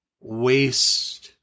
waste